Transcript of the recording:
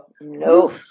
No